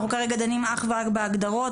אנחנו כרגע דנים אך ורק בהגדרות,